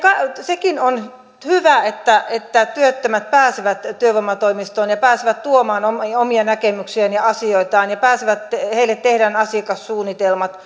sekin on hyvä että että työttömät pääsevät työvoimatoimistoon ja pääsevät tuomaan omia näkemyksiään ja asioitaan ja heille tehdään asiakassuunnitelmat